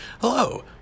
Hello